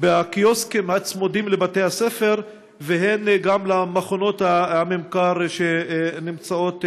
בקיוסקים הצמודים לבתי-הספר והן למכונות הממכר שנמצאות שם.